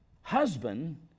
husband